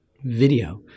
video